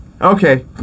Okay